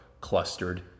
clustered